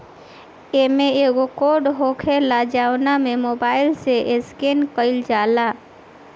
इमें एगो कोड होखेला जवना के मोबाईल से स्केन कईल जाला